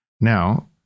Now